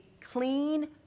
clean